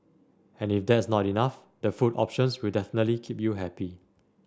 and if that's not enough the food options will definitely keep you happy